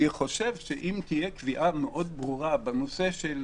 אם תהיה קביעה מאוד ברורה בנושא הזה.